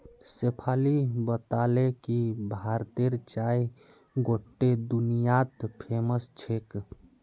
शेफाली बताले कि भारतेर चाय गोट्टे दुनियात फेमस छेक